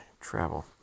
travel